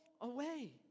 away